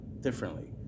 differently